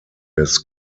des